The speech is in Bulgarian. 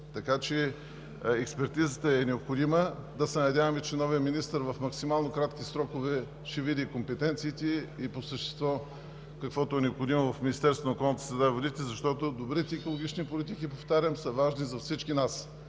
така че експертизата е необходима. Да се надяваме, че новият министър в максимално кратки срокове ще види компетенциите и каквото е необходимо по същество в Министерството на околната среда и водите, защото добрите екологични политики, повтарям, са важни за всички нас